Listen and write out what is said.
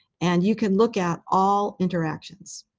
and you can look at all interactions.